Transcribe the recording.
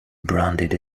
branded